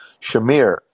Shamir